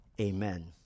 amen